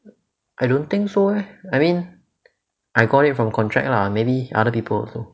I don't think so eh I mean I got it from contract ah maybe other people also